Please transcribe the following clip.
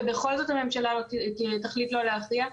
ובכל זאת הממשלה תחליט לא להכריע,